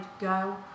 go